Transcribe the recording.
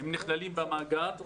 הם נכללים במאגר.